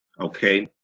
Okay